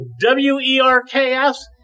W-E-R-K-S